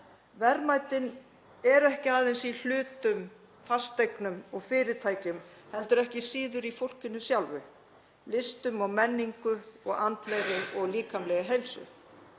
Verðmætin eru ekki aðeins í hlutum, fasteignum og fyrirtækjum heldur ekki síður í fólkinu sjálfu, listum og menningu og andlegri og líkamlegri heilsu.